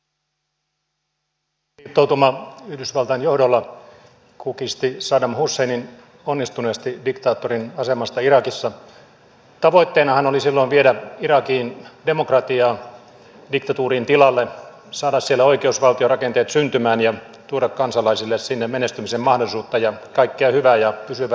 kun länsiliittoutuma yhdysvaltain johdolla kukisti saddam husseinin onnistuneesti diktaattorin asemasta irakissa tavoitteenahan oli silloin viedä irakiin demokratiaa diktatuurin tilalle saada siellä oikeusvaltiorakenteet syntymään ja tuoda kansalaisille sinne menestymisen mahdollisuutta ja kaikkea hyvää ja pysyvä rauhantila